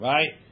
Right